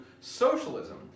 socialism